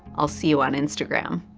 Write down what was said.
i'll see you on instagram.